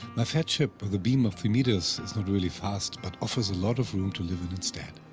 my fat ship with a beam of three meters is not really fast but offers a lot of room to live and instead.